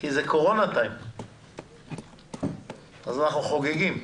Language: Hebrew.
כי זה Corona time אז אנחנו חוגגים.